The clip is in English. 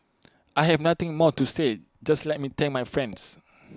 I have nothing more to say just let me thank my friends